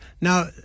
Now